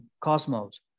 cosmos